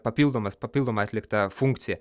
papildomas papildoma atlikta funkcija